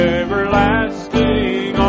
everlasting